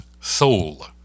soul